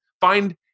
Find